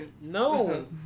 No